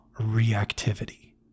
reactivity